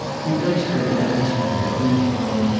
he placed her at last on her own throne,